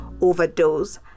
Overdose